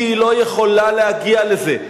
כי היא לא יכולה להגיע לזה.